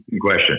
question